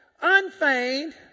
unfeigned